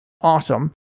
awesome